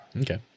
Okay